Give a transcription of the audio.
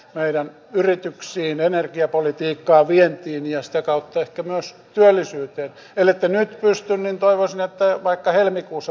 meidän yrityksiin energiapolitiikkaan vientiin ja sitä kautta ehkä meille tuodaan palvelut ilmaiseksi ilman että vaikka helmikuussa